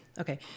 okay